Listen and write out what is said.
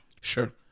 Sure